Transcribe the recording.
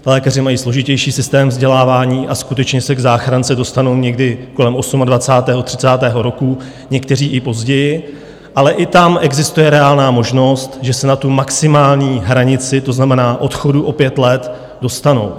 Lékaři mají složitější systém vzdělávání a skutečně se k záchrance dostanou někdy kolem osmadvacátého, třicátého roku, někteří i později, ale i tam existuje reálná možnost, že se na tu maximální hranici, to znamená odchodu o 5 let, dostanou.